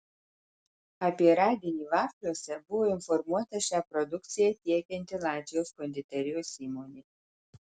apie radinį vafliuose buvo informuota šią produkciją tiekianti latvijos konditerijos įmonė